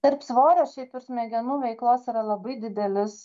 tarp svorio šiaip ir smegenų veiklos yra labai didelis